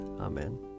Amen